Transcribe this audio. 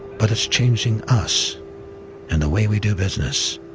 but it's changing us and the way we do business,